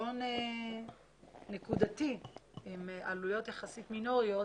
שפתרון נקודתי עם עלויות יחסית מינוריות